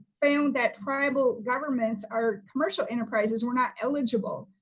found that tribal governments are commercial enterprises, we're not eligible.